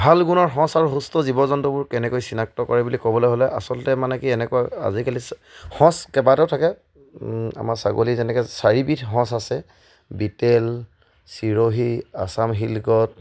ভাল গুণৰ সঁচ আৰু সুস্থ জীৱ জন্তুবোৰ কেনেকৈ চিনাক্ত কৰে বুলি ক'বলৈ হ'লে আচলতে মানে কি এনেকুৱা আজিকালি সঁচ কেইবাটাও থাকে আমাৰ ছাগলী যেনেকৈ চাৰি বিধ সঁচ আছে বিটেল চিৰহি আছাম শিলগত